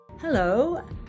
Hello